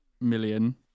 million